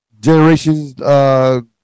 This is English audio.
generation's